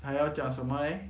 还要讲什么 leh